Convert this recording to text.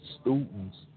students